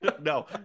No